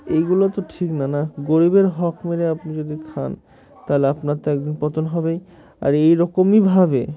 এইগুলো তো ঠিক না না গরিবের হক মেরে আপনি যদি খান তাহলে আপনার তো একদিন পতন হবেই আর এইরকমইভাবে